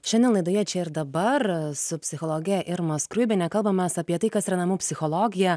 šiandien laidoje čia ir dabar su psichologe irma skruibiene kalbamės apie tai kas yra namų psichologija